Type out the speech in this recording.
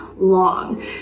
long